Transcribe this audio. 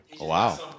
Wow